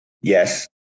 Yes